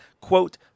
quote